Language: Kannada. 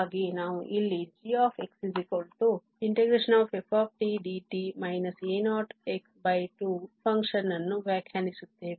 ಆದ್ದರಿಂದ ಪುರಾವೆಗಾಗಿ ನಾವು ಇಲ್ಲಿ gx xftdt a0x2 function ನ್ನು ವ್ಯಾಖ್ಯಾನಿಸುತ್ತೇವೆ